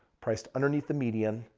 priced underneath the median.